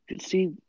see